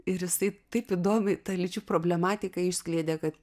ir jisai taip įdomiai tą lyčių problematiką išskleidė kad